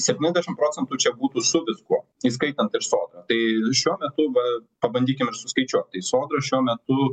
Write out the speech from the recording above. septyniasdešimt procentų čia būtų su viskuo įskaitant ir sodrą tai šiuo metu va pabandykim ir suskaičiuot tai sodra šiuo metu